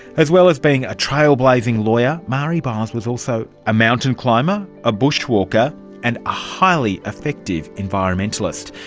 as well as being a trailblazing lawyer, marie byles was also a mountain climber, a bush walker and a highly effective environmentalist.